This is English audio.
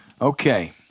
Okay